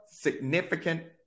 significant